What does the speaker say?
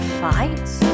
fights